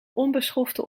onbeschofte